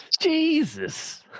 Jesus